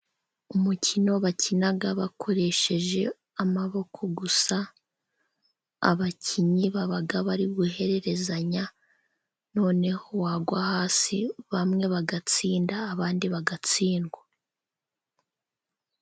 Umukino bakina bakoresheje amaboko gusa, abakinnyi baba bari guhererezanya noneho wagwa hasi bamwe bagatsinda abandi bagatsindwa.